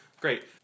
Great